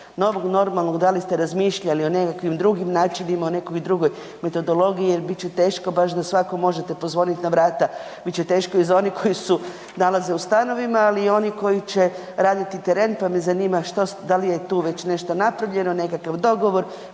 novog normalnog, da li ste razmišljali o nekakvim drugim načinima, o nekakvoj drugoj metodologiji jer bit će teško baš da svakom možete pozvonit na vrata, bit će teško i za one koji se nalaze u stanovima, ali i oni koji će raditi teren, pa me zanima što, da li je tu već nešto napravljeno, nekakva dogovor